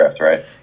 right